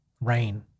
rain